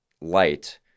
light